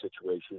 situation